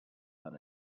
than